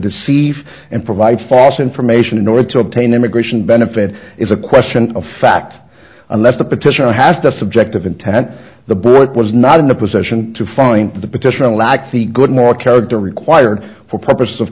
deceive and provide false information in order to obtain immigration benefit is a question of fact unless the petitioner has the subjective intent the board was not in the position to find the petition lacks the good moral character required for purposes of